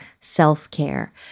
self-care